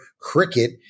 cricket